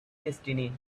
destiny